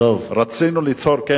רצינו ליצור, טוב.